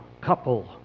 couple